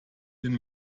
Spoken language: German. den